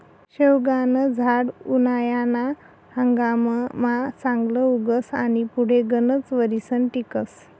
शेवगानं झाड उनायाना हंगाममा चांगलं उगस आनी पुढे गनच वरीस टिकस